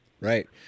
Right